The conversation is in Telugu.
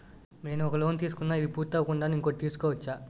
నేను ఒక లోన్ తీసుకున్న, ఇది పూర్తి అవ్వకుండానే ఇంకోటి తీసుకోవచ్చా?